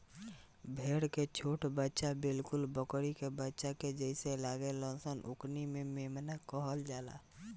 भेड़ के छोट बच्चा बिलकुल बकरी के बच्चा के जइसे लागेल सन ओकनी के मेमना कहल जाला